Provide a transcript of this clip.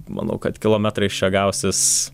manau kad kilometrais čia gausis